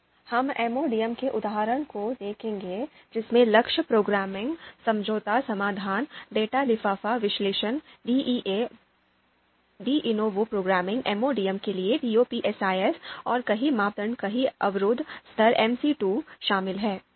अब हम MODM के उदाहरणों को देखेंगे जिसमें लक्ष्य प्रोग्रामिंग समझौता समाधान डेटा लिफाफा विश्लेषण डी novo प्रोग्रामिंग MODM के लिए TOPSIS और कई मापदंड कई अवरोध स्तर शामिल हैं